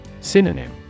Synonym